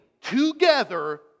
together